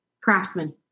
craftsman